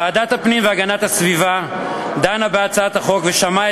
ועדת הפנים והגנת הסביבה דנה בהצעת החוק ושמעה